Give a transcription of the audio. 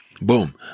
Boom